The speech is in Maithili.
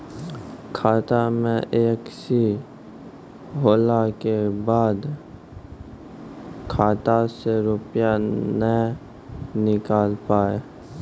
खाता मे एकशी होला के बाद खाता से रुपिया ने निकल पाए?